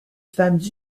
femmes